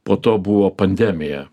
po to buvo pandemija